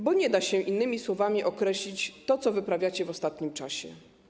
Bo nie da się innymi słowami określić tego, co wyprawiacie w ostatnim czasie.